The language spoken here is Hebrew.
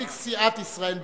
נציג סיעת ישראל ביתנו,